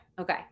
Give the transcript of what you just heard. okay